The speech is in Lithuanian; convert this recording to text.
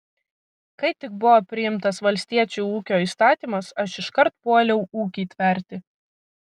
kai tik buvo priimtas valstiečių ūkio įstatymas aš iškart puoliau ūkį tverti